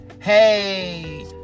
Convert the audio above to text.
hey